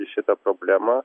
į šitą problemą